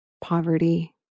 poverty